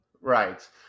Right